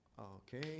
Okay